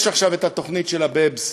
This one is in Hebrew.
יש עכשיו את תוכנית ה-BEPS,